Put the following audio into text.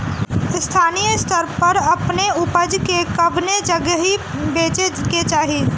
स्थानीय स्तर पर अपने ऊपज के कवने जगही बेचे के चाही?